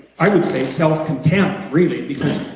i would say, self-contempt really because,